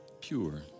pure